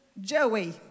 Joey